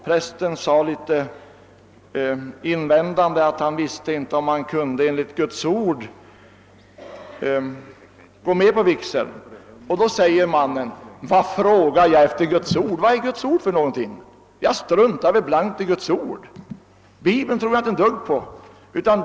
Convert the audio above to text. Prästen invände att han inte visste om han enligt Guds ord kunde förrätta en vigsel. Då sade mannen: »Vad frågar jag efter Guds ord? Vad är Guds ord för någonting? Jag struntar blankt i Guds ord; Bibeln tror jag inte ett dugg på.